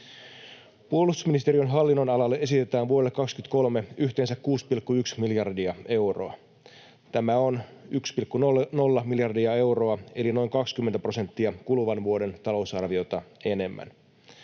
Puolustusministeriön hallinnonalalle esitetään vuodelle 23 yhteensä 6,1 miljardia euroa. Tämä on 1,0 miljardia euroa eli noin 20 prosenttia kuluvan vuoden talousarviota enemmän.